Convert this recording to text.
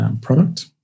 product